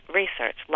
research